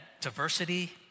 diversity